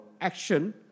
action